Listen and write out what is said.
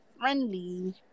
friendly